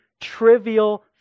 trivial